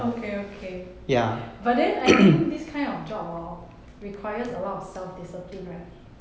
okay but then I think these kind of job hor requires a lot of self discipline right